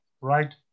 right